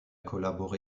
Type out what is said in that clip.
collaboré